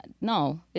no